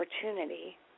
opportunity